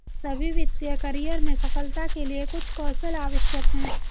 सभी वित्तीय करियर में सफलता के लिए कुछ कौशल आवश्यक हैं